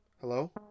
Hello